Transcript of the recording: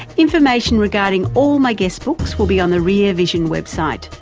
information regarding all my guests' books will be on the rear vision web site.